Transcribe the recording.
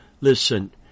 Listen